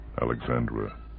Alexandra